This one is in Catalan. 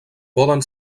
poden